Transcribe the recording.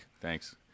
Thanks